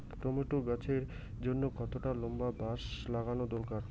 Tomato গাছের জন্যে কতটা লম্বা বাস লাগানো দরকার?